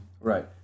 Right